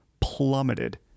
Plummeted